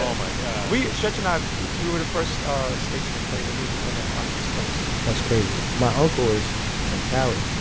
um my god we stretch and i, we were the first station to play their music on ah on the east coast that's crazy. my uncle is from cali.